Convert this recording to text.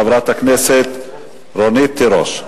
חברת הכנסת רונית תירוש.